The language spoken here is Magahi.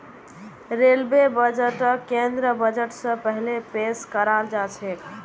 रेलवे बजटक केंद्रीय बजट स पहिले पेश कराल जाछेक